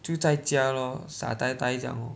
就在家 lor 傻呆呆这样 lor